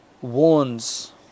warns